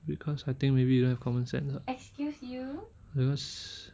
because I think maybe you don't have common sense ah because